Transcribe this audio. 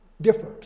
different